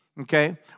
Okay